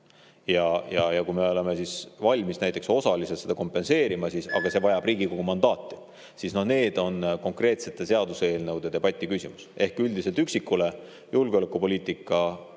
Ja kui me oleme valmis näiteks osaliselt seda kompenseerima, aga see vajab Riigikogu mandaati, siis see on konkreetsete seaduseelnõude debati küsimus. Ehk üldiselt üksikule: julgeolekupoliitika alused